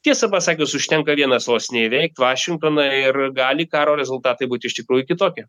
tiesą pasakius užtenka vieną sostinę įveikt vašingtoną ir gali karo rezultatai būt iš tikrųjų kitokie